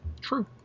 True